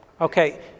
Okay